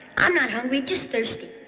i'm not hungry, just thirsty.